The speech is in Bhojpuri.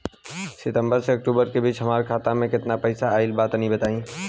सितंबर से अक्टूबर के बीच हमार खाता मे केतना पईसा आइल बा तनि बताईं?